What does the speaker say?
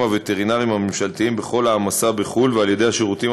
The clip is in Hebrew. הווטרינריים הממשלתיים בכל העמסה בחו"ל ועל-ידי השירותים